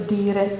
dire